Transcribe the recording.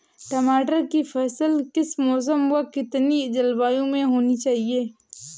टमाटर की फसल किस मौसम व कितनी जलवायु में होनी चाहिए?